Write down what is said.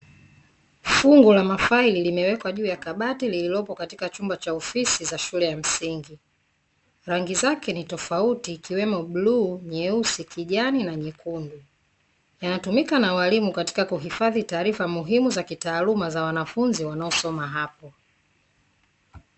Fungu la mafaili limewekwa juu ya kabati lililopo katika chumba cha ofisi za shule ya msingi. Rangi zake ni tofauti ikiwemo: bluu, nyeusi, kijani na nyekundu. Yanatumika na walimu katika kuhifadhi taarifa muhimu za kitaaluma za wanafunzi wanaosoma hapo.